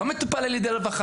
לא מטופל על ידי הרווחה,